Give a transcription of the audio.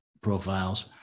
profiles